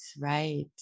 Right